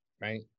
right